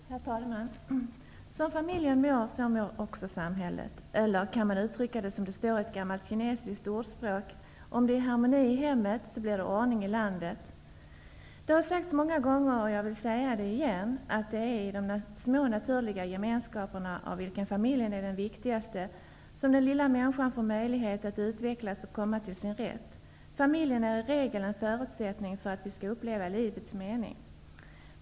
Herr talman! Som familjen mår, så mår också samhället. Man kan också uttrycka det som i ett gammalt kinesiskt ordspråk: Om det är harmoni i hemmet blir det ordning i landet. Det har sagts många gånger, och jag vill säga det igen: Det är i de små naturliga gemenskaperna, av vilka familjen är den viktigaste, som den lilla människan får möjlighet att utvecklas och komma till sin rätt. Familjen är i regel en förutsättning för att vi skall uppleva livets mening.